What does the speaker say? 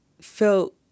felt